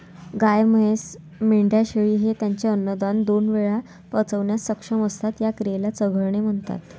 गाय, म्हैस, मेंढ्या, शेळी हे त्यांचे अन्न दोन वेळा पचवण्यास सक्षम असतात, या क्रियेला चघळणे म्हणतात